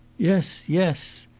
yes, yes!